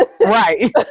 Right